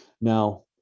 Now